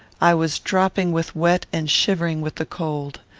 i was dropping with wet, and shivering with the cold.